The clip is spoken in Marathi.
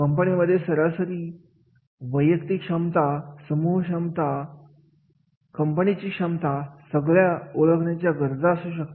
कंपनीमध्ये सरासरी वैयक्तिक क्षमता समूह क्षमता कंपनीच्या क्षमता सगळ्या ओळखण्याची गरज असते